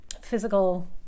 physical